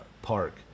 park